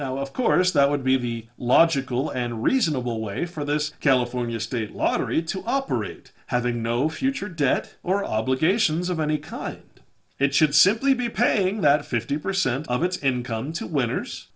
now of course that would be the logical and reasonable way for this california state lottery to operate having no future debt or obligations of any kind it should simply be paying that fifty percent of its income to winner